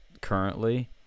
currently